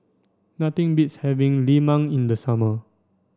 nothing beats having Lemang in the summer